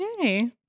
Yay